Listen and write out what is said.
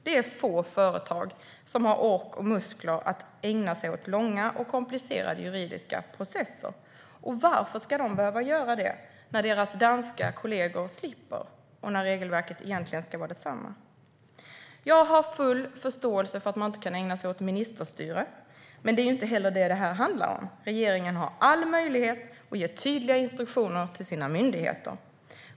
Det är få företag som har ork och muskler att ägna sig åt långa och komplicerade juridiska processer. Och varför ska de behöva göra det när deras danska kollegor slipper och när regelverket egentligen ska vara detsamma? Jag har full förståelse för att man inte kan ägna sig åt ministerstyre. Men det är inte det som det här handlar om. Regeringen har alla möjligheter att ge tydliga instruktioner till sina myndigheter.